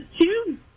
two